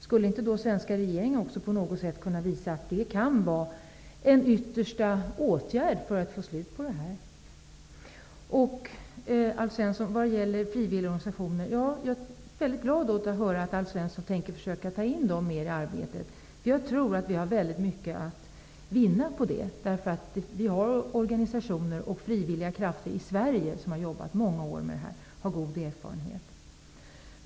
Skulle då inte den svenska regeringen också på något sätt kunna visa att det kan vara en yttersta åtgärd för att få slut på detta? Jag är glad åt att höra att Alf Svensson tänker försöka ta in frivilligorganisationerna mera i arbetet. Jag tror att vi har mycket att vinna på det. Vi har organisationer och frivilliga krafter i Sverige som har jobbat i många år med detta och har god erfarenhet.